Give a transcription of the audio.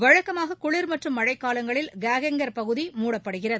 வழக்கமாக குளிர் மற்றும் மழைக் காலங்களில் காகேஞ்சர் பகுதி மூடப்படுகிறது